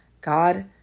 God